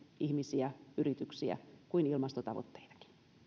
ihmisiä ja yrityksiä kuin ilmastotavoitteitakin